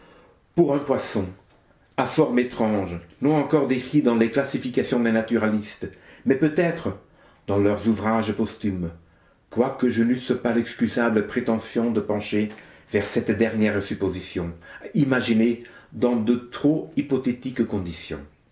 pour un poisson à forme étrange non encore décrit dans les classifications des naturalistes mais peut-être dans leurs ouvrages posthumes quoique je n'eusse pas l'excusable prétention de pencher vers cette dernière supposition imaginée dans de trop hypothétiques conditions